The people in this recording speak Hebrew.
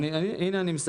אני לא